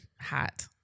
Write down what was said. Hot